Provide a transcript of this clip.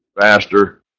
faster